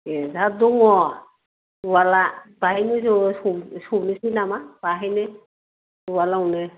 ए जोंहा दङ उवाला बेहायनो ज सौनोसै नामा बेहायनो उवालावनो